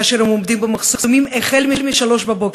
כאשר הם עומדים במחסומים החל מ-03:00.